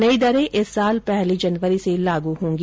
नई दरें इस साल पहली जनवरी से लागू होंगी